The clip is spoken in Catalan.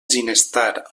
ginestar